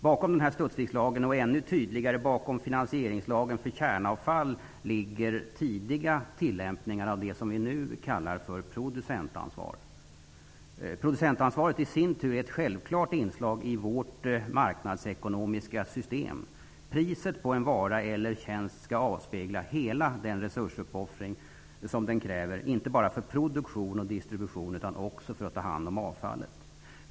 Bakom Studsvikslagen, och ännu tydligare bakom finansieringslagen för kärnavfall, ligger tidiga tillämpningar av det som vi nu kallar producentansvar. Producentansvaret är i sin tur ett självklart inslag i vårt marknadsekonomiska system. Priset på en vara eller tjänst skall avspegla hela den resursuppoffring som den kräver inte bara för produktion och distribution utan också för att ta hand om avfallet.